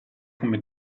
come